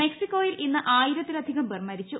മെക്സികോ യിൽ ഇന്ന് ആയിരത്തിലധികം പേർ മരിച്ചു